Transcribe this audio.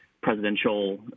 presidential